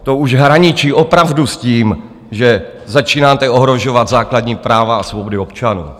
To už hraničí opravdu s tím, že začínáte ohrožovat základní práva a svobody občanů.